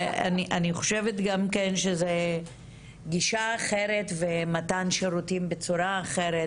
אני חושבת גם כן שזו גישה אחרת ומתן שירותים בצורה אחרת,